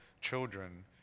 children